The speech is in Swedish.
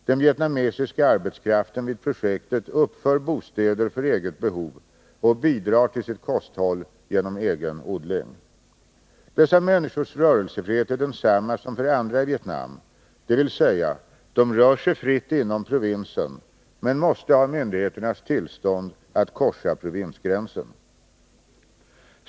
Den vietnamesiska arbetskraften vid projektet uppför bostäder för eget behov och bidrar till sitt kosthåll genom egen odling. Dessa människors rörelsefrihet är densamma som för andra i Vietnam — dvs. de rör sig fritt inom provinsen men måste ha myndigheternas tillstånd att korsa provinsgränsen.